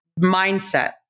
mindset